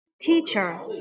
Teacher